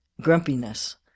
grumpiness